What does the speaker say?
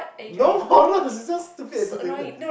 no morals it's just stupid entertainment